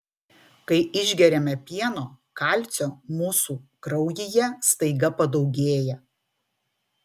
kai išgeriame pieno kalcio mūsų kraujyje staiga padaugėja